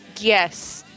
Yes